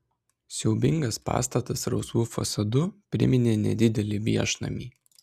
siaubingas pastatas rausvu fasadu priminė nedidelį viešnamį